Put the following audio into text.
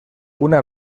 una